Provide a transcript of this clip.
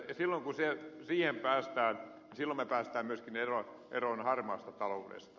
silloin kun siihen päästään päästään myöskin eroon harmaasta taloudesta